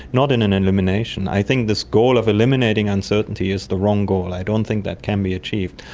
not in an elimination. i think this goal of eliminating uncertainty is the wrong goal, i don't think that can be achieved.